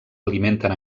alimenten